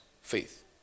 Faith